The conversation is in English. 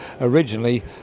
originally